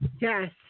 Yes